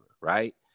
right